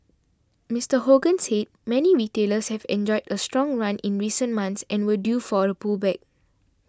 Mister Hogan said many retailers have enjoyed a strong run in recent months and were due for a pullback